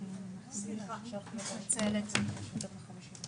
למשרד החינוך